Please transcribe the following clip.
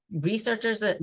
researchers